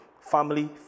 family